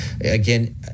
again